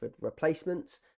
replacements